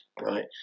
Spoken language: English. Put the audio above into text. right